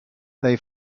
they